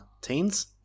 Teens